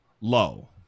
low